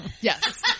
yes